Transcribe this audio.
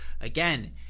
again